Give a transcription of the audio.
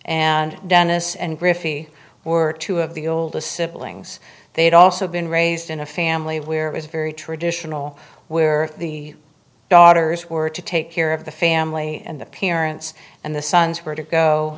and dennis and griffey were two of the oldest sibling so they'd also been raised in a family where it was very traditional where the daughters were to take care of the family and appearance and the sons were to go